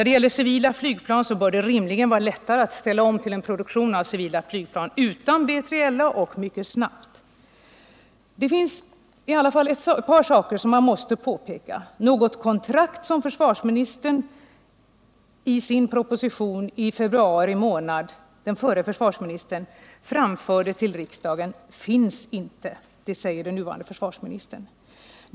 Det bör rimligen vara lättare att ställa om till en produktion av civila flygplan utan B3LA, och det bör kunna ske mycket snabbt. Det finns i alla fall ett par saker man måste påpeka. Något kontrakt, som den förre försvarsministern talade om i sin proposition till riksdagen i februari, finns inte. Det säger den nuvarande försvarsministern.